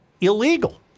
illegal